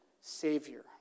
Savior